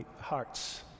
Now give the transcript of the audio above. hearts